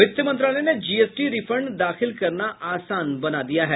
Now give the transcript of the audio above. वित्त मंत्रालय ने जीएसटी रिफंड दाखिल करना आसान बनाया है